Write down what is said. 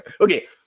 Okay